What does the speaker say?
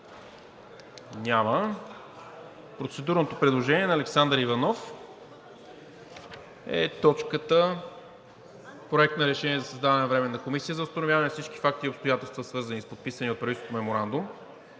Няма. Процедурното предложение на Александър Иванов е точката „Проект на решение за създаване на Временна комисия за установяване на всички факти и обстоятелства, свързани с подписания от правителството Меморандум